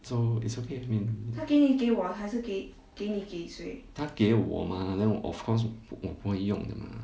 so it's okay I mean 他给我嘛 then 我 of course 我不会用的吗